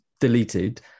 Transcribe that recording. deleted